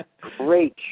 Great